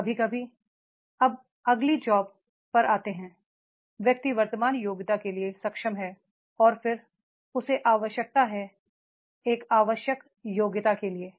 कभी कभी अब अगली जॉब पर आते हैं व्यक्ति वर्तमान योग्यता के लिए सक्षम है और फिर उसे आवश्यकता है एक आवश्यक योग्यता के लिये